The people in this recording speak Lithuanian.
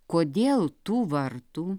kodėl tų vartų